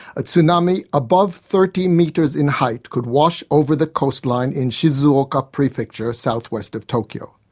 a tsunami above thirty metres in height could wash over the coastline in shizuoka prefecture southwest of tokyo.